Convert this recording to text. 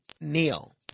Neil